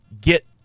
get